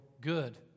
good